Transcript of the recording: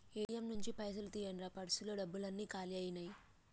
ATM నుంచి పైసలు తీయండ్రా పర్సులో డబ్బులన్నీ కాలి అయ్యినాయి